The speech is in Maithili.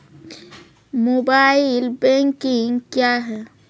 मोबाइल बैंकिंग क्या हैं?